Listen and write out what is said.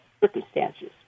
circumstances